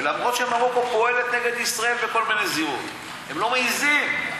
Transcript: ואף שמרוקו פועלת נגד ישראל, הם לא מעזים.